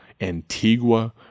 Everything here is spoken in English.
Antigua